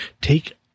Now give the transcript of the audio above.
take